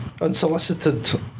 unsolicited